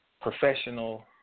professional